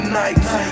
nights